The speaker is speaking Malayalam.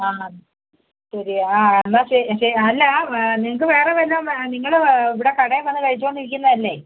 ആ ശരിയാണ് ആ എന്നാൽ ശരി അല്ല നിങ്ങൾക്ക് വേറെ വല്ലോം നിങ്ങൾ ഇവിടെ കടയിൽ വന്ന് കഴിച്ചു കൊണ്ടിരിക്കുന്നതല്ലേ